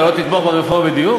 אתה לא תתמוך ברפורמה בדיור?